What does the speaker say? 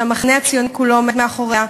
שהמחנה הציוני כולו עומד מאחוריה,